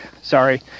Sorry